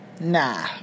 Nah